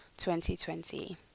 2020